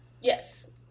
yes